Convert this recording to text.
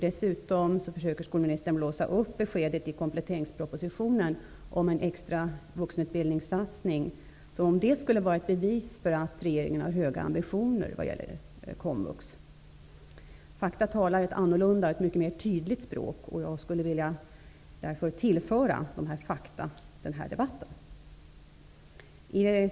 Dessutom försöker skolministern blåsa upp beskedet i kompletteringspropositionen om en extra satsning på vuxenutbildningen och få det att framstå som bevis för att regeringen har höga ambitioner. Fakta talar ett annorlunda och tydligt språk. Jag skulle vilja tillföra dessa fakta till debatten.